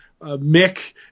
Mick